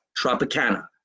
Tropicana